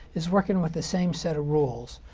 is working with the same set of rules.